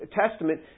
Testament